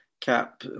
cap